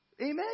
Amen